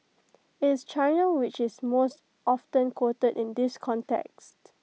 IT is China which is most often quoted in this context